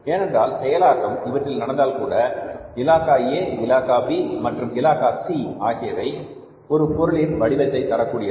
ஏனென்றால் செயலாக்கம் இவற்றில் நடந்தால்கூட இலாகா A இலாகா B மற்றும் இலாகா C ஆகியவை ஒரு பொருளின் வடிவத்தை தரக்கூடியது